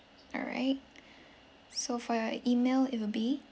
all right so for your email it will be